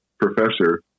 professor